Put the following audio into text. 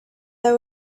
that